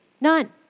None